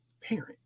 parent